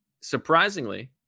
surprisingly